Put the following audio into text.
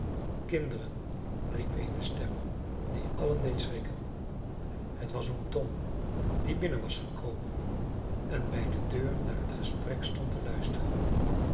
kinderen riep eene stem die allen deed schrikken het was oom tom die binnen was gekomen en bij de deur naar het gesprek stond te luisteren